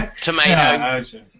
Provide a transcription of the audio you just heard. Tomato